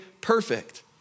perfect